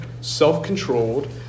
self-controlled